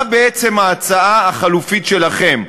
מה בעצם ההצעה החלופית שלכם?